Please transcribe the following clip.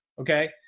Okay